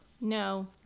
No